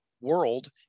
world